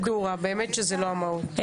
באמת שזה לא המהות.